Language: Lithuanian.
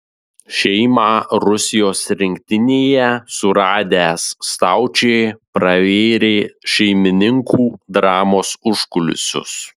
šeimą rusijos rinktinėje suradęs staučė pravėrė šeimininkų dramos užkulisius